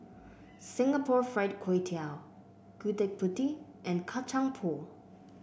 Singapore Fried Kway Tiao Gudeg Putih and Kacang Pool